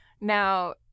Now